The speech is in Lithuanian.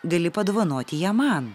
gali padovanoti ją man